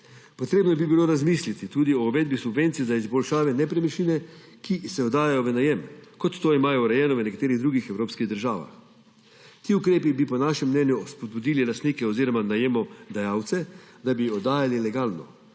Potrebno bi bilo razmisliti tudi o uvedbi subvencij za izboljšave nepremičnin, ki se oddajajo v najem, kot imajo to urejeno v nekaterih drugih evropskih državah. Ti ukrepi bi po našem mnenju spodbudili lastnike oziroma najemodajalce, da bi oddajali legalno.